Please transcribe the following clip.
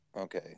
Okay